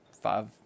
five